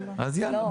כן.